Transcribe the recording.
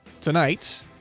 Tonight